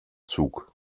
zug